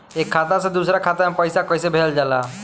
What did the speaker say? एक खाता से दूसरा खाता में पैसा कइसे भेजल जाला?